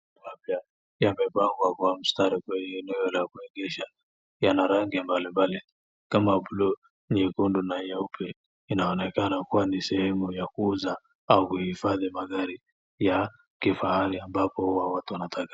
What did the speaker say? Wapya yamepangwa kwa mstari kwenye eneo la kuegesha. Yana rangi ya mbalimbali kama blue , nyekundu na nyeupe. Inaonekana kuwa ni sehemu ya kuuza au kuhifadhi magari ya kifahari ambapo huwa watu wanataka.